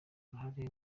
uruhare